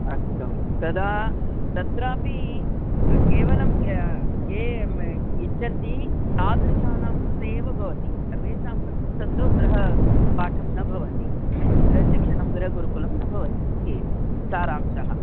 अस्तु तदा तत्रापि केवलं ये इच्छन्ति तादृशानां कृते एव भवति सर्वेषां कृते तत्तु गृहपाठं न भवति गृहशिक्षणं गृहगुरुकुलं न भवति इति सारांशः